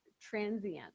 transient